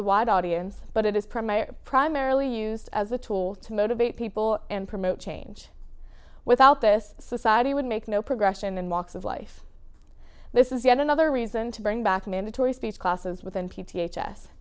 the wide audience but it is primarily used as a tool to motivate people and promote change without this society would make no progression and walks of life this is yet another reason to bring back mandatory speech classes with n p t h s